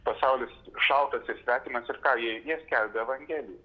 pasaulis šaltas ir svetimas ir ką jie jie skelbė evangeliją